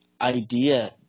idea